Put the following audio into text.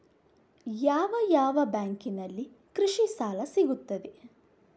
ಯಾವ ಯಾವ ಬ್ಯಾಂಕಿನಲ್ಲಿ ಕೃಷಿ ಸಾಲ ಸಿಗುತ್ತದೆ?